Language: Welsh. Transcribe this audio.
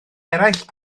eraill